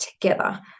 together